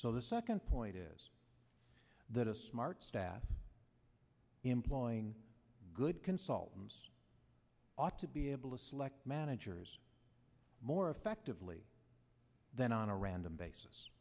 so the second point is that a smart staff employing good consultants ought to be able to select managers more effectively than on a random basis